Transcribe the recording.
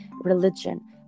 Religion